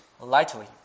lightly